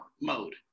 mode